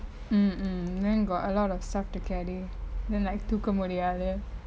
mm mm then got a lot of stuff to carry then like தூக்க முடியாது:thookka mudiyaathu